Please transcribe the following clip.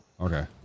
Okay